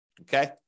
okay